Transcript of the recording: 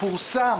פורסם